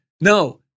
No